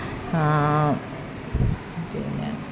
പിന്നെ